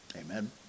Amen